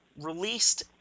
released